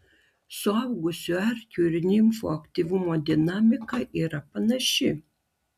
suaugusių erkių ir nimfų aktyvumo dinamika yra panaši